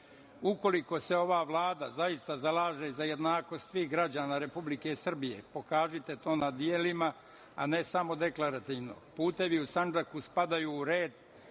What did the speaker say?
se ova Vlada zaista zalaže za jednakost svih građana Republike Srbije, pokažite to na delima, a ne samo deklarativno. Putevi u Sandžaku spadaju u red